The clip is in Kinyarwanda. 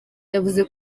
yavuze